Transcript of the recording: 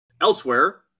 Elsewhere